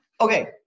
Okay